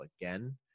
again